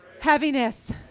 heaviness